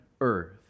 earth